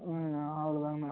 அவ்வளோதாங்கண்ணா